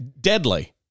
Deadly